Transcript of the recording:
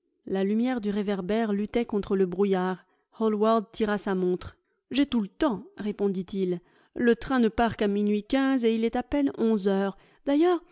la lumière du réverbère luttait contre le brouillard hallward tira sa montre j'ai tout le temps répondit-il le train ne part qu'à minuit quinze et il est à peine onze heures d'ailleurs